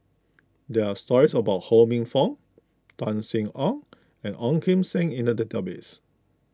there are stories about Ho Minfong Tan Sin Aun and Ong Kim Seng in the database